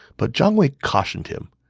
but jiang wei cautioned him.